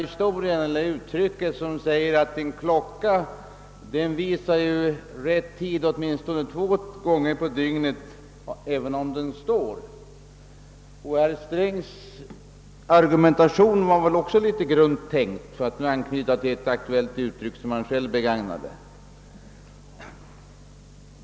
Jag kommer här att tänka på det gamla talesättet att en klocka som står ju visar rätt tid två gånger om dygnet. Herr Strängs argumentation var väl också litet grunt tänkt — för att knyta an till ett uttryck som finansministern själv använde.